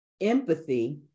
Empathy